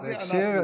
מה אנחנו,